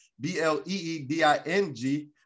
B-L-E-E-D-I-N-G